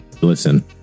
listen